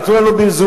תיתנו לנו מזומן,